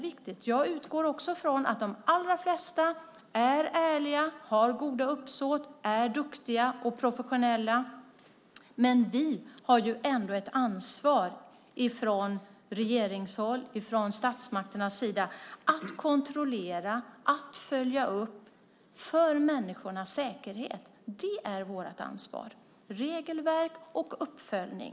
Också jag utgår från att de allra flesta är ärliga, har gott uppsåt, är duktiga och professionella, men vi har ändå ett ansvar från regeringshåll, från statsmakternas sida, att kontrollera och följa upp detta. Det handlar om människornas säkerhet. Vårt ansvar är regelverk och uppföljning.